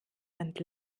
sind